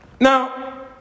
Now